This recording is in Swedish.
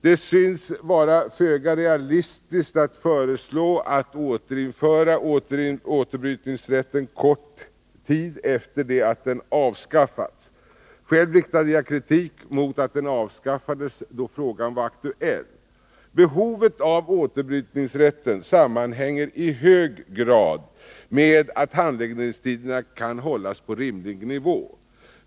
Det synes vara föga realistiskt att föreslå att denna återbrytningsrätt återinförs kort tid efter det att den avskaffats. Själv riktade jag kritik mot att den avskaffades då frågan var aktuell. Behovet av återbrytningsrätten sammanhänger i hög grad med att handläggningstiderna kan hållas på en rimlig nivå.